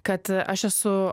kad aš esu